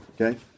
okay